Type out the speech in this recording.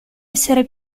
essere